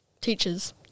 Teachers